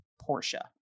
Portia